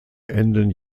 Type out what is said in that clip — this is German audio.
enden